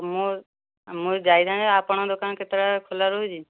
ମୁଁ ମୁଁ ଯାଇଥାନ୍ତି ଯେ ଆପଣ କେତେବେଳେ ଖୋଲା ରହୁଛି